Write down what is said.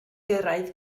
gyrraedd